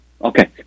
Okay